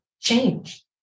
change